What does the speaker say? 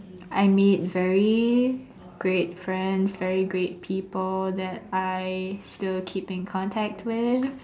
I made very great friends very great people that I still keep in contact with